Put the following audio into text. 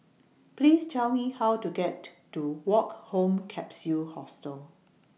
Please Tell Me How to get to Woke Home Capsule Hostel